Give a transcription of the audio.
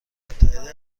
متحده